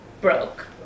broke